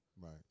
right